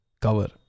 cover